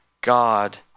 God